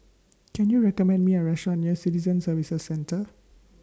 Can YOU recommend Me A Restaurant near Citizen Services Centre